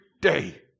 day